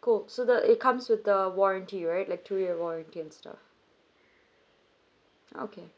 cool so the it comes with the warranty right like two year warranty and stuff okay